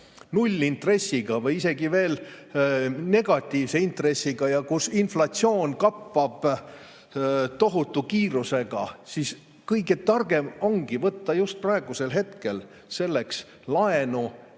nullintressiga või isegi veel negatiivse intressiga ja kus inflatsioon kappab tohutu kiirusega, on [õigustatud]. Kõige targem ongi võtta just praegusel hetkel selleks laenu,